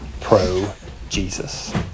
pro-Jesus